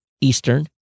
Eastern